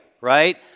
right